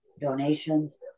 donations